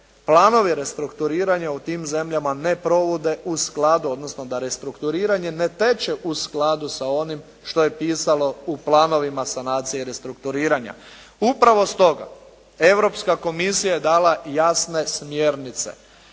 planovi restrukturiranja u tim zemljama ne provode u skladu, odnosno da restrukturiranje ne teče u skladu sa onim što je pisalo u planovima sanacije i restrukturiranja. Upravo stoga Europska komisija je dala jasne smjernice